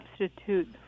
substitute